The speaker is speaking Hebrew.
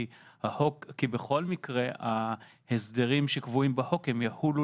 כי בכל מקרה ההסדרים שקבועים בחוק הם יחולו